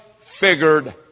figured